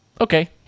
okay